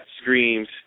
screams